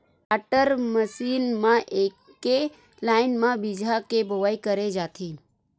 planter machine म एके line म बीजहा के बोवई करे जाथे